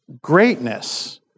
greatness